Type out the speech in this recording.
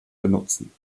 benutzen